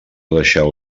deixeu